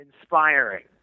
Inspiring